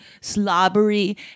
slobbery